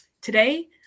today